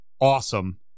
awesome